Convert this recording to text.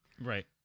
Right